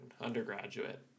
undergraduate